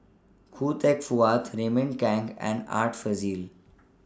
Khoo Teck Puat Raymond Kang and Art Fazil